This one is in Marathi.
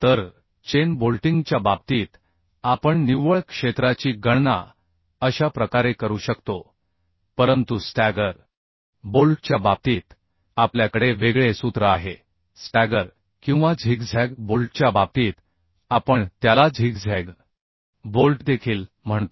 तर चेन बोल्टिंगच्या बाबतीत आपण निव्वळ क्षेत्राची गणना अशा प्रकारे करू शकतो परंतु स्टॅगर बोल्टच्या बाबतीत आपल्याकडे वेगळे सूत्र आहे स्टॅगर किंवा झिगझॅग बोल्टच्या बाबतीत आपण त्याला झिगझॅग बोल्ट देखील म्हणतो